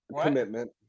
Commitment